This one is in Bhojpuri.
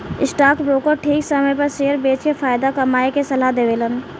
स्टॉक ब्रोकर ठीक समय पर शेयर बेच के फायदा कमाये के सलाह देवेलन